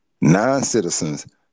Non-citizens